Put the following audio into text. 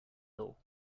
hill